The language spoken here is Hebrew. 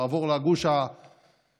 ועבור לגוש המערבי,